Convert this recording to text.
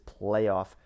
playoff